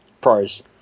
pros